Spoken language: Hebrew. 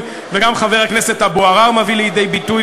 וגם חבר הכנסת אבו עראר מביא לידי ביטוי,